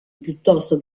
piuttosto